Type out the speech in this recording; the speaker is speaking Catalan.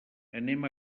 anem